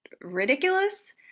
ridiculous